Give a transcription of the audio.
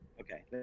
Okay